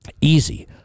easy